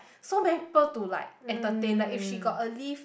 so many people to like entertain like if she got a leave